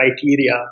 criteria